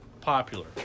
popular